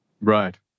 Right